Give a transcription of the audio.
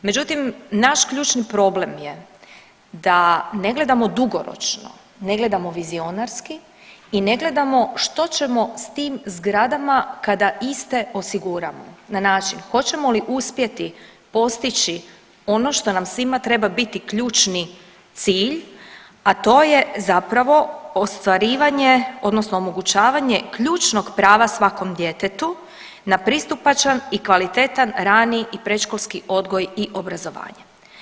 Međutim naš ključni problem je da ne gledamo dugoročno, ne gledamo vizionarski i ne gledamo što ćemo s tim zgradama kada iste osiguramo na način hoćemo li uspjeti postići ono što nam svima treba biti ključni cilj, a to je zapravo ostvarivanje odnosno omogućavanje ključnog prava svakom djetetu na pristupačan i kvalitetan rani i predškolski odgoj i obrazovanje.